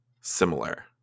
similar